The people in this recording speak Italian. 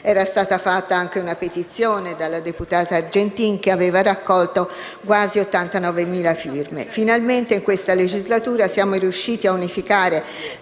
Era stata fatta anche una petizione dalla deputata Argentin, che aveva raccolto quasi 89.000 firme. Finalmente in questa legislatura siamo riusciti ad unificare